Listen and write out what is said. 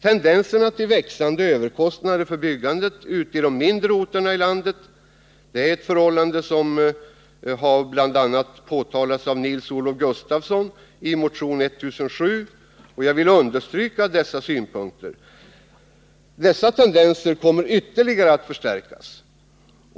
Tendenserna till växande överkostnader för byggandet i de mindre orterna ute i landet - ett förhållande som bl.a. har påtalats av Nils-Olof Gustafsson i motion 1007 och som också jag vill stryka under — kommer att ytterligare förstärkas.